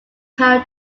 how